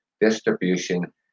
distribution